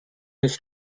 his